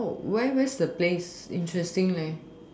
where where's the place interesting